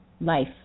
life